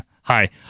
Hi